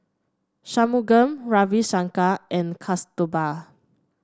Shunmugam Ravi Shankar and Kasturba